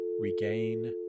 regain